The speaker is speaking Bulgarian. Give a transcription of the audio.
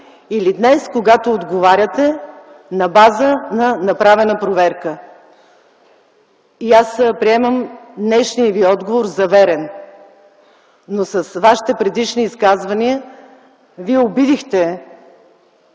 или днес, когато отговаряте на база на направена проверка? Аз приемам днешния Ви отговор за верен, но с Вашите предишни изказвания Вие обидихте